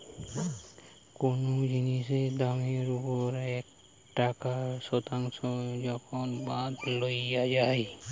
কোনো জিনিসের দামের ওপর একটা টাকার শতাংশ যখন বাদ লওয়া যাই